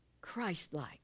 Christ-like